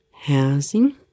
Housing